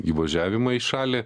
įvažiavimą į šalį